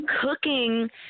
cooking